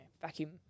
vacuum